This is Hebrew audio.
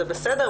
זה בסדר,